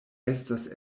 estas